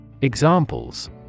Examples